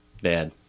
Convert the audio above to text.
Dad